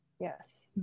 Yes